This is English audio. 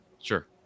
Sure